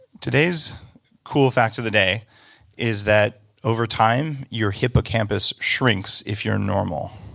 today's cool fact of the day is that over time your hippocampus shrinks if you're normal.